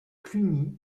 cluny